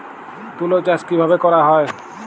তুলো চাষ কিভাবে করা হয়?